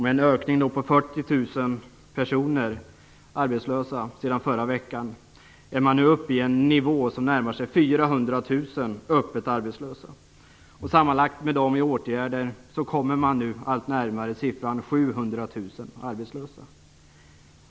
Med en ökning med 40 000 arbetslösa personer sedan förra veckan är man nu uppe i en nivå som närmar sig 400 000 öppet arbetslösa. Sammanlagt med dem som befinner sig i åtgärder kommer man nu allt närmare siffran 700 000 arbetslösa.